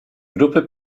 grupy